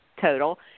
total